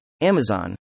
Amazon